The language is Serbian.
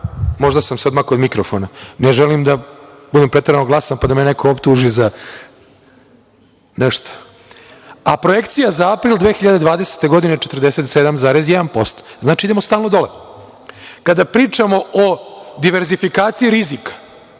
možda sam se odmakao od mikrofona. Ne želim da budem preterano glasan, pa da me neko optuži za nešto.… a projekcija za april 2020. godine je 47,1%. Znači, idemo stalno dole. Kada pričamo o diverzifikaciji rizika,